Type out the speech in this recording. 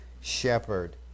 shepherd